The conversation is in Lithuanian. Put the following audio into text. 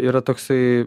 yra toksai